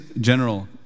general